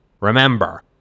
Remember